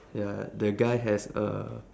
ya the guy has a